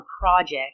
project